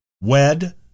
wed